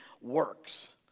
works